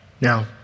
Now